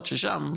עד ששם.